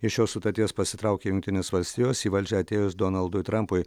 iš šios sutarties pasitraukė jungtinės valstijos į valdžią atėjus donaldui trampui